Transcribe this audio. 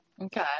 Okay